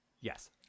Yes